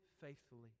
faithfully